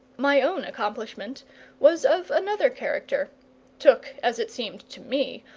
my own accomplishment was of another character took, as it seemed to me,